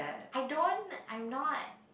I don't I'm not